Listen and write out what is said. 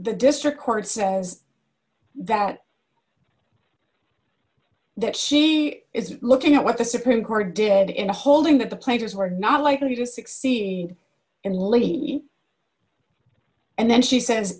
the district court says that that she is looking at what the supreme court did in a holding that the players were not likely to succeed in lady and then she says